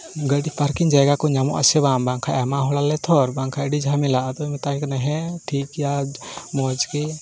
ᱜᱟᱹᱰᱤ ᱯᱟᱨᱠᱤᱝ ᱡᱟᱭᱜᱟ ᱠᱚ ᱧᱟᱢᱚᱜᱼᱟ ᱥᱮ ᱵᱟᱝ ᱵᱟᱝᱠᱷᱟᱱ ᱟᱭᱢᱟ ᱦᱚᱲᱟᱞᱮᱛᱚ ᱟᱨ ᱵᱟᱝᱠᱷᱟᱱ ᱟᱹᱰᱤ ᱡᱷᱟᱢᱮᱞᱟᱜᱼᱟ ᱟᱫᱚᱧ ᱢᱮᱛᱟᱭ ᱠᱟᱱᱟ ᱦᱮᱸ ᱴᱷᱤᱠ ᱜᱮᱭᱟ ᱢᱚᱡᱽ ᱜᱮ